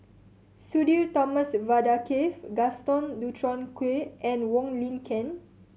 Sudhir Thomas Vadaketh Gaston Dutronquoy and Wong Lin Ken